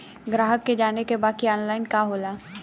ग्राहक के जाने के बा की ऑनलाइन का होला?